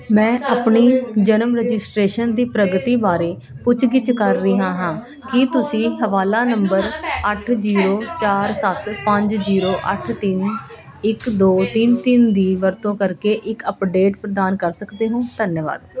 ਮੈਂ ਆਪਣੀ ਜਨਮ ਰਜਿਸਟ੍ਰੇਸ਼ਨ ਦੀ ਪ੍ਰਗਤੀ ਬਾਰੇ ਪੁੱਛ ਗਿੱਛ ਕਰ ਰਿਹਾ ਹਾਂ ਕੀ ਤੁਸੀਂ ਹਵਾਲਾ ਨੰਬਰ ਅੱਠ ਜ਼ੀਰੋ ਚਾਰ ਸੱਤ ਪੰਜ ਜ਼ੀਰੋ ਅੱਠ ਤਿੰਨ ਇੱਕ ਦੋ ਤਿੰਨ ਤਿੰਨ ਦੀ ਵਰਤੋਂ ਕਰਕੇ ਇੱਕ ਅੱਪਡੇਟ ਪ੍ਰਦਾਨ ਕਰ ਸਕਦੇ ਹੋ ਧੰਨਵਾਦ